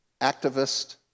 activist